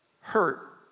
hurt